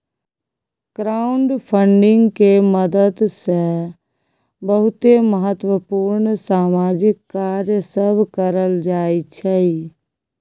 crowdfunding के मदद से बहुते महत्वपूर्ण सामाजिक कार्य सब करल जाइ छइ